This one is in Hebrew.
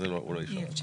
אז זה לא --- אי אפשר,